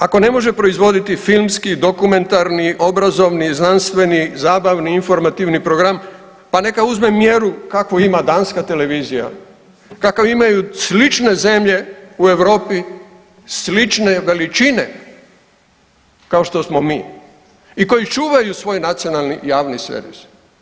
Ako ne može proizvoditi filmski, dokumentarni, obrazovni, znanstveni, zabavni i informativni program, pa neka uzme mjeru kakvu ima danska televizija, kakav imaju slične zemlje u Europi slične veličine, kao što smo mi i koji čuvaju svoj nacionalni javni servis.